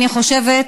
אני חושבת,